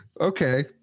okay